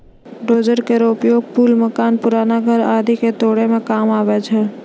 dozer केरो उपयोग पुल, मकान, पुराना घर आदि क तोरै म काम आवै छै